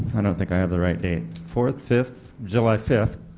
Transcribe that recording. i don't think i have the right date, fourth? fifth? july fifth.